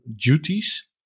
duties